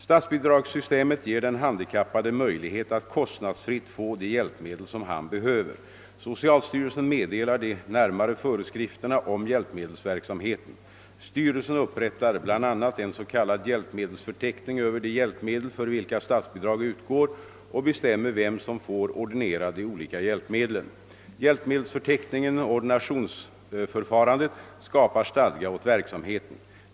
Statsbidragssystemet ger den handikappade möjlighet att kostnadsfritt få de hjälpmedel som han behöver. Socialstyrelsen meddelar de närmare föreskrifterna om hjälpmedelsverksamheten. Styrelsen upprättar bl.a. en s.k. hjälpmedelsförteckning över de hjälpmedel för vilka statsbidrag utgår och bestämmer vem som får ordinera de olika hjälpmedlen. Hjälpmedelsförteckningen och ordinationsförfarandet skapar stadga åt verksamheten.